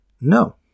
no